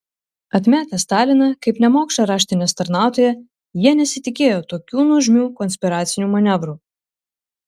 atmetę staliną kaip nemokšą raštinės tarnautoją jie nesitikėjo tokių nuožmių konspiracinių manevrų